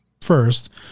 first